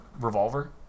revolver